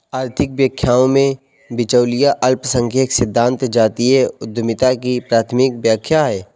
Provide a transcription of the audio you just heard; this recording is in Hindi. आर्थिक व्याख्याओं में, बिचौलिया अल्पसंख्यक सिद्धांत जातीय उद्यमिता की प्राथमिक व्याख्या है